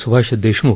Subhash Deshmukh